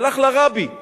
שלח לרבי מלובביץ'